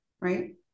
right